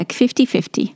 50-50